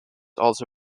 also